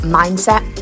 mindset